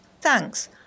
Thanks